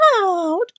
out